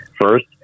first